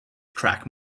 track